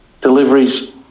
deliveries